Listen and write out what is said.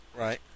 Right